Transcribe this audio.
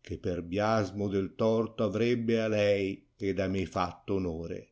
che per biasmo del torto avrebbe a lei ed a me fatto onore